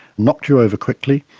knocked you over quickly,